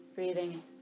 Breathing